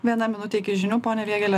viena minutė iki žinių pone vėgėle